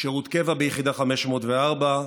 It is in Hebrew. שירות קבע ביחידה 504,